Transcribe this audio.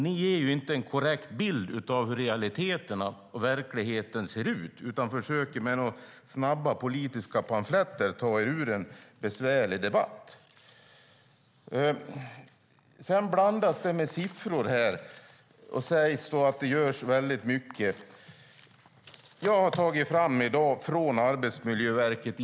Ni ger inte en korrekt bild av hur realiteterna och verkligheten ser ut utan försöker med några snabba politiska pamfletter ta er ur en besvärlig debatt. Sedan blandas det siffror och sägs att det görs väldigt mycket. Jag har i dag tagit fram inspektionsstatistiken från Arbetsmiljöverket.